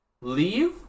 leave